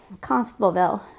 Constableville